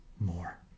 more